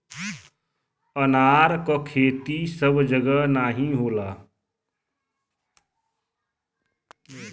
अनार क खेती सब जगह नाहीं होला